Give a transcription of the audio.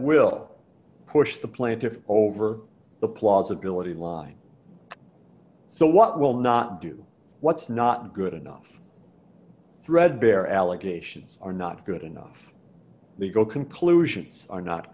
will push the plaintiffs over the plausibility line so what will not do what's not good enough threadbare allegations are not good enough the go conclusions are not